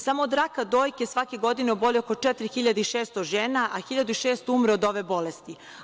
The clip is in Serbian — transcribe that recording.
Samo od raka dojke, svake godine oboli oko četiri hiljade i 600 žena, a 1600 umre od ove bolesti.